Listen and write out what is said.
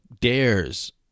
dares